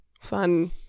fun